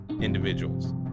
individuals